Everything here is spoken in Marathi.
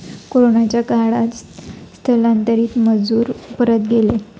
कोरोनाच्या काळात स्थलांतरित मजूर परत गेले